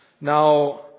Now